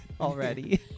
already